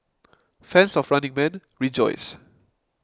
fans of Running Man rejoice